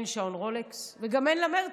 גם לה אין שעון רולקס, וגם אין לה מרצדס,